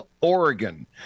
Oregon